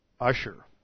Usher